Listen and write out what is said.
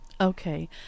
Okay